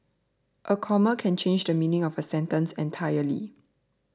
a comma can change the meaning of a sentence entirely